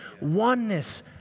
oneness